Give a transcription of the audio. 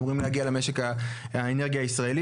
אמורים להגיע למשק האנרגיה הישראלי